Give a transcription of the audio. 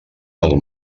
del